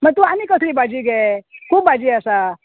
मागीर तूं आनी कसली भाजी घे खूब भाजी आसा